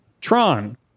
Tron